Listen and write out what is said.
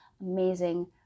amazing